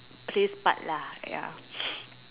Chris Pratt lah ya